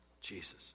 Jesus